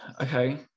okay